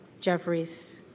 Jeffries